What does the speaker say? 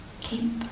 keep